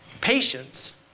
patience